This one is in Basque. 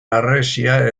harresia